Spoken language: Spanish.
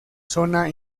zona